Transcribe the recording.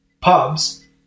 pubs